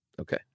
Okay